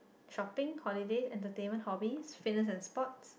shopping holiday entertainment hobbies fitness and sports